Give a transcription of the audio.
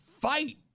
fight